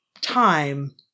time